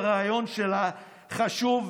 הרעיון שלה חשוב,